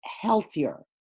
healthier